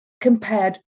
compared